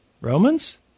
Romans